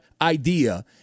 idea